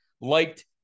liked